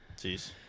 Jeez